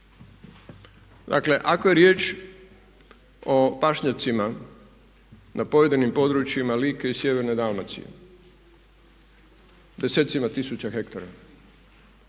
Dakle ako je riječ o pašnjacima na pojedinim područjima Like i sjeverne Dalmacije, desecima tisuća hektara